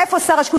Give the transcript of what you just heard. איפה שר השיכון,